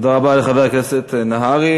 תודה רבה לחבר הכנסת נהרי.